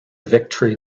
victory